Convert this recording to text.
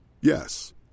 Yes